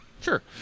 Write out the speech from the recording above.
Sure